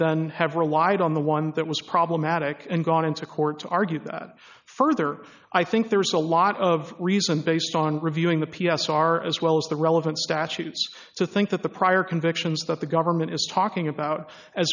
then have relied on the one that was problematic and gone into court to argue that further i think there's a lot of reason based on reviewing the p s r as well as the relevant statutes so think that the prior convictions that the government is talking a